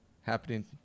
happening